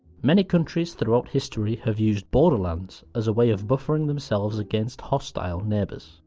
many countries throughout history have used borderlands as a way of buffering themselves against hostile neighbours.